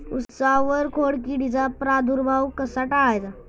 उसावर खोडकिडीचा प्रादुर्भाव कसा टाळायचा?